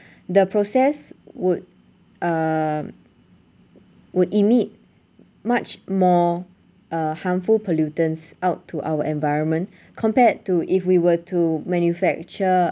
the process would uh would emit much more uh harmful pollutants out to our environment compared to if we were to manufacture